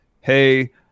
Hey